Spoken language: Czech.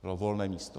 Bylo volné místo.